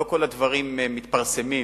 לא כל הדברים מתפרסמים,